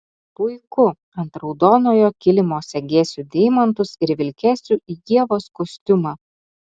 puiku ant raudonojo kilimo segėsiu deimantus ir vilkėsiu ievos kostiumą